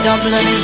Dublin